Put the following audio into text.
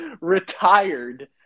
retired